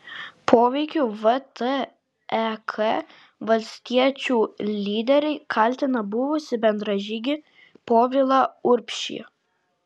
poveikiu vtek valstiečių lyderiai kaltina buvusį bendražygį povilą urbšį